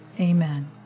Amen